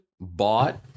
Bought